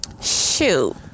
shoot